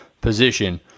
position